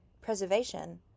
Preservation